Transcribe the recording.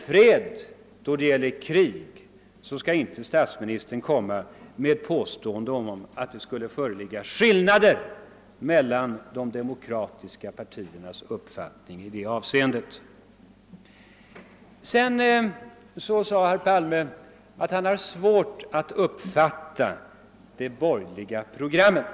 Statsministern bör inte komma med ett påstående om att det skulle föreligga skillnader mellan de demokratiska partiernas uppfattning i fråga om krig eller fred. Herr Palme sade att han har svårt att uppfatta det borgerliga programmet.